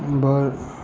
ओमहर